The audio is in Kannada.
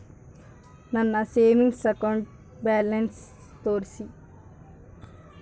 ನನ್ನ ಸೇವಿಂಗ್ಸ್ ಅಕೌಂಟ್ ಬ್ಯಾಲೆನ್ಸ್ ತೋರಿಸಿ?